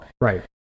right